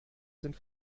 sind